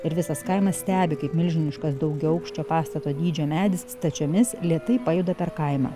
ir visas kaimas stebi kaip milžiniškas daugiaaukščio pastato dydžio medis stačiomis lėtai pajuda per kaimą